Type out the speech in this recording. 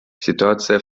ситуация